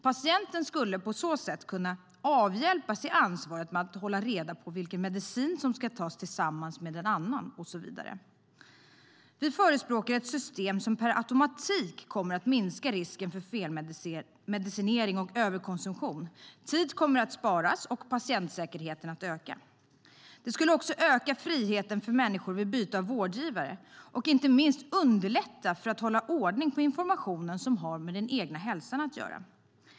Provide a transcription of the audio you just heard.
Patienten skulle på så sätt kunna avhända sig ansvaret att hålla reda på vilken medicin som ska tas tillsammans med en annan och så vidare. Vi förespråkar ett system som per automatik kommer att minska risken för felmedicinering och överkonsumtion. Tid kommer att sparas och patientsäkerheten att öka. Det skulle också öka friheten för människor vid byte av vårdgivare och inte minst underlätta för att hålla ordning på informationen som har med den egna hälsan att göra.